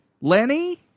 Lenny